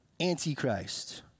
Antichrist